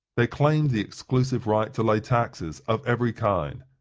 they claimed the exclusive right to lay taxes of every kind.